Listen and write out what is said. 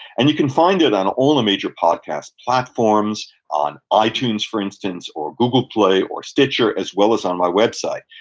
and you can find it on all the major podcast platforms, on ah itunes, for instance, or google play, or stitcher, as well as on my website.